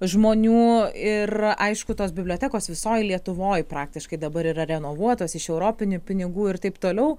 žmonių ir aišku tos bibliotekos visoj lietuvoj praktiškai dabar yra renovuotos iš europinių pinigų ir taip toliau